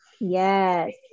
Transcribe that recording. Yes